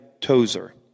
Tozer